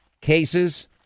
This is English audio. cases